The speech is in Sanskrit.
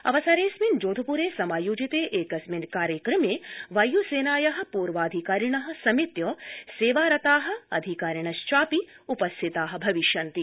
अवसरेऽस्मिन् जोधपुरे समायोजिते एकस्मिन् समारोहे वायुसेनाया पूर्वाधिकारिण समेत्य सेवारता अधिकारिणश्चापि उपस्थिता भविष्यन्ति